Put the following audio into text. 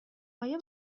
آیا